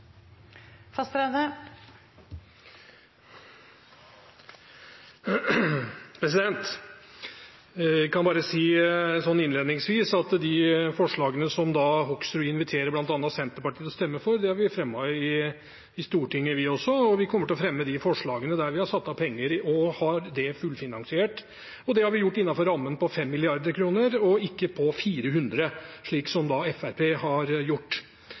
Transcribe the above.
Jeg kan bare si innledningsvis at de forslagene som Hoksrud inviterer bl.a. Senterpartiet til å stemme for, har vi fremmet i Stortinget, vi også, og vi kommer til å fremme de forslagene som vi har satt av penger til og har fullfinansiert. Det har vi gjort innenfor rammen på 5 mrd. kr – og ikke på 400 mrd. kr, slik Fremskrittspartiet har gjort. Regjeringens forslag til NTP bygger på det arbeidet som to samferdselsministre har gjort